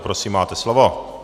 Prosím, máte slovo.